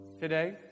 today